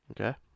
Okay